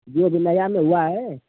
ये अभी नया में हुआ है